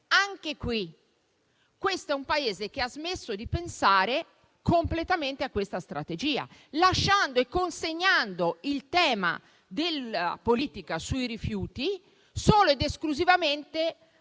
Anche qui: questo è un Paese che ha smesso di pensare completamente a questa strategia, lasciando e consegnando il tema della politica sui rifiuti solo ed esclusivamente